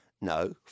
No